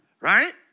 right